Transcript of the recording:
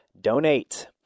donate